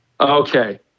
Okay